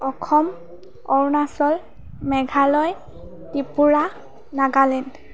Assam Arunachal Meghalaya Tripura Nagaland